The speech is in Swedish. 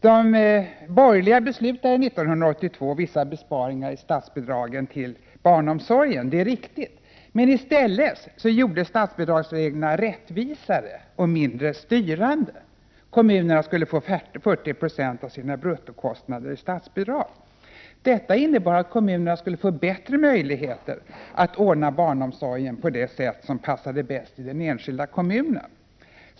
Den borgerliga majoriteten beslutade 1982 om vissa besparingar i statsbidragen till barnomsorgen, det är riktigt. Men statsbidragsreglerna gjordes i stället rättvisare och mindre styrande. Kommunerna skulle få 40 26 av sina bruttokostnader täckta genom statsbidrag. Detta innebar att kommunerna skulle få bättre möjligheter att ordna barnomsorgen på det sätt som passade bäst i den enskilda kommunen.